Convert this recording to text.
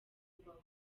kubaho